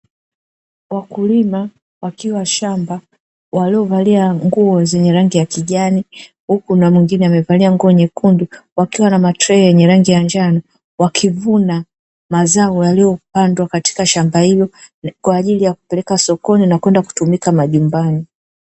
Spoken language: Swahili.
Wakulima wakiwa shamba waliovalia nguo zenye rangi ya kijani huku na mwengine, akiwa amevalia nguo nyekundu wakiwa na matrei yenye rangi ya njano wakivuna mazao yaliyopandwa katika shamba hilo kwa ajili ya kupeleka sokoni kutumika majumbani.